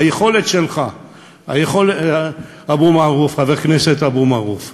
היכולת שלך, חבר הכנסת אבו מערוף,